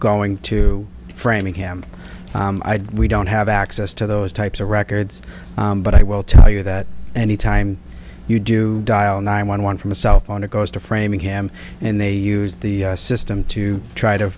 going to framingham we don't have access to those types of records but i will tell you that any time you do dial nine one one from a cell phone or goes to framingham and they use the system to try to